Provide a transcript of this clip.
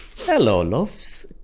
hello loves.